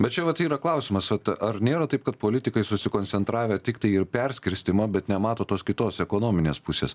bet čia vat yra klausimas ot ar nėra taip kad politikai susikoncentravę tiktai ir perskirstymą bet nemato tos kitos ekonominės pusės